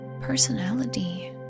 personality